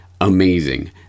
amazing